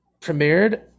premiered